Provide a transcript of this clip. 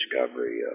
discovery